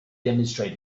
demonstrate